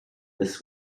this